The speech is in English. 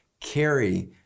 carry